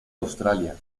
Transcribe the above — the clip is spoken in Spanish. australia